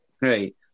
Right